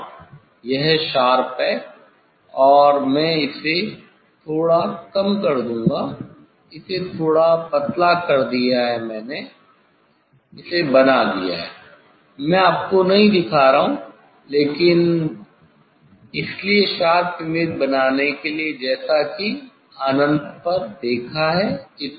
हां यह शार्प है और मैं इसे थोड़ा कम कर दूंगा इसे थोड़ा पतला कर दिया है मैंने इसे बना दिया है मैं आपको नहीं दिखा रहा हूं लेकिन इसलिए शार्प इमेज बनाने के लिए जैसा कि मैंने अनंत पर देखा है इतनी दूर